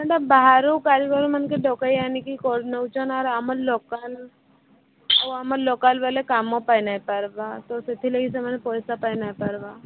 ସେଟା ବାହାରୁ କାରିଗରମାନକେ ଡ଼କାଯାଇନି କି କରି ନଉଛନ୍ ଅର୍ ଆମର୍ ଲୋକାଲ୍ ଆଉ ଆମ ଲୋକାଲ୍ ବାଲେ କାମ ପାଇନାଇଁ ପାର୍ବା ତୋ ସେଥିଲାଗି ସେମାନେ ପଇସା ପାଇ ନାଇଁ ପାର୍ବା